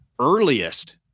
earliest